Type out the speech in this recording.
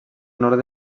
nord